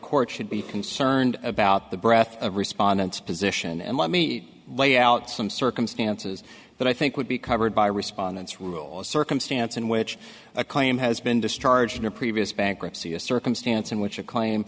court should be concerned about the breath of respondents position and let me lay out some circumstances that i think would be covered by respondents rules circumstance in which a claim has been discharged in a previous bankruptcy a circumstance in which a claim